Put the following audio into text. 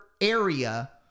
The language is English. area